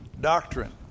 Doctrine